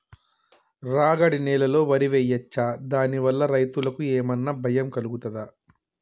రాగడి నేలలో వరి వేయచ్చా దాని వల్ల రైతులకు ఏమన్నా భయం కలుగుతదా?